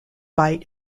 bight